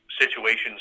situations